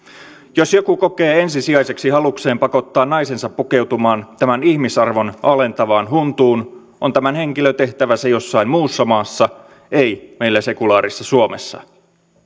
jos joku kokee ensisijaiseksi halukseen pakottaa naisensa pukeutumaan tämän ihmisarvon alentavaan huntuun on tämän henkilön tehtävä se jossain muussa maassa ei meillä sekulaarissa suomessa